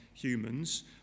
humans